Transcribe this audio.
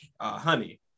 Honey